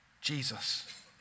Jesus